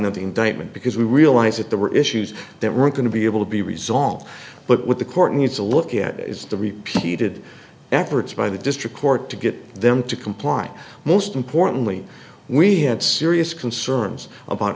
indictment because we realize that there were issues that weren't going to be able to be resolved but what the court needs to look at is the repeated efforts by the district court to get them to comply most importantly we had serious concerns about